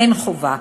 אין חובה.